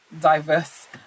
diverse